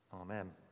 Amen